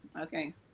okay